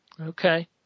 Okay